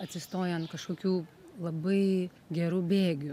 atsistoję ant kažkokių labai gerų bėgių